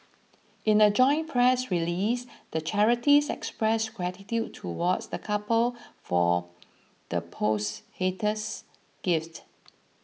in a joint press release the charities expressed gratitude towards the couple for the post haters gift